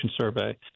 Survey